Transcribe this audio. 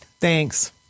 Thanks